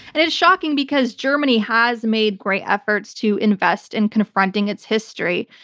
and it's shocking because germany has made great efforts to invest in confronting its history.